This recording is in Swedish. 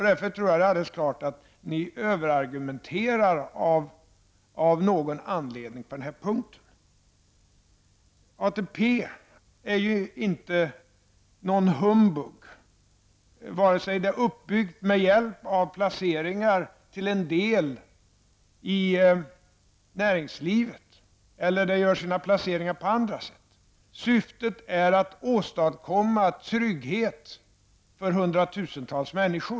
Det är helt klart att Bengt Westerberg och Carl Bildt av någon anledning överargumenterar på den här punkten. ATP är inte någon humbug vare sig systemet är uppbyggt med hjälp av placeringar till en del i näringslivet eller är uppbyggt av placeringar på annat sätt. Syftet är att åstadkomma trygghet för hundratusentals människor.